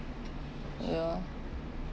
ya